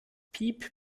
piep